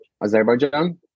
Azerbaijan